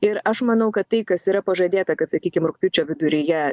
ir aš manau kad tai kas yra pažadėta kad sakykim rugpjūčio viduryje